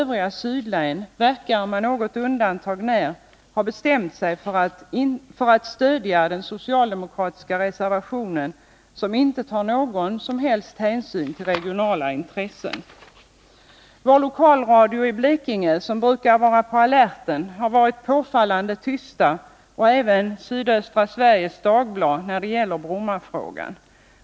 Vår lokalradio i Blekinge, som brukar vara på alerten, har varit påfallande tyst — och även Sydöstra Sveriges Dagblad — när det gäller Brommafrågan.